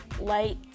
light